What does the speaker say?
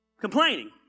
Complaining